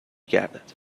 گردد